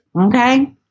Okay